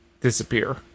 disappear